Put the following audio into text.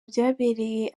byabereye